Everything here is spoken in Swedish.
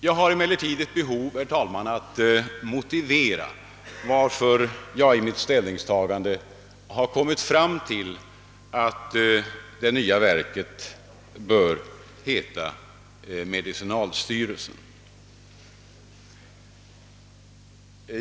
Jag har emellertid, herr talman, ett behov av att motivera varför jag i mitt ställningstagande kommit fram till att det nya verket bör heta »medicinalstyrelsen».